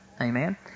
Amen